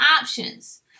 options